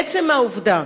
עצם העובדה